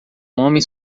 homens